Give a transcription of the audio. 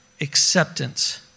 acceptance